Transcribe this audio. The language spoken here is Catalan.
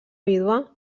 vídua